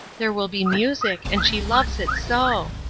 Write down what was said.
there will be music and she loves it so.